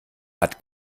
hat